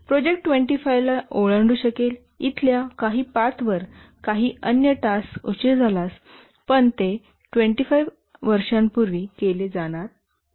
project 25 च्या ओलांडू शकेल इथल्या काही पाथवर काही अन्य टास्क उशीर झाल्यास पण ते 25 वर्षांपूर्वी केले जाणार नाही